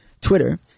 Twitter